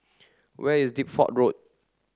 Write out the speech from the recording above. where is Deptford Road